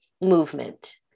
movement